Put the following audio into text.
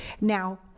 Now